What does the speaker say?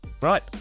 Right